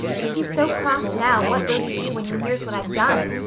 if he's so cross now what will he be when he hears what i've done,